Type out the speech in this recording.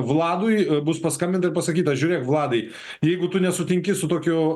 vladui bus paskambinta ir pasakyta žiūri vladai jeigu tu nesutinki su tokiu